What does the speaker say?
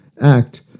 act